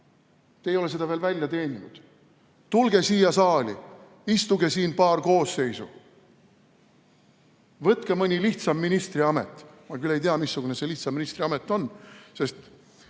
Te ei ole seda veel välja teeninud. Tulge siia saali, istuge siin paar koosseisu! Võtke mõni lihtsam ministriamet! Ma küll ei tea, missugune see lihtsam ministriamet on. Alati